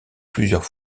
plusieurs